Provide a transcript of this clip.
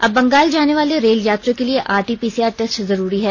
अब बंगाल जानेवाले रेल यात्रियों के लिए आरटीपीसीआर टेस्ट जरूरी है